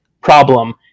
problem